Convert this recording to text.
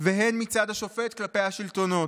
והן מצד השופט כלפי השלטונות.